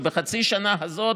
ובחצי השנה הזו